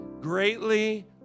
Greatly